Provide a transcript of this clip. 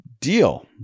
deal